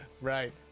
Right